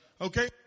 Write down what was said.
Okay